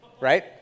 Right